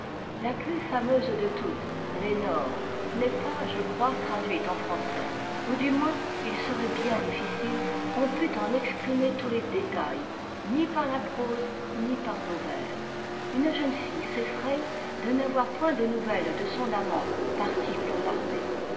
la plus fameuse de toutes lenore n'est pas je crois traduite en français ou du moins il serait bien difficile qu'on pût en exprimer tous les détails ni par notre prose ni par nos vers une jeune fille s'effraye de n'avoir point de nouvelles de son amant parti pour t'armée